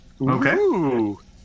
Okay